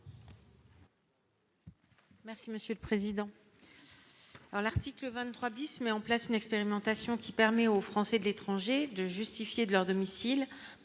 Merci monsieur le président, dans l'article 23 bis met en place une expérimentation qui permet aux Français de l'étranger, de justifier de leur domicile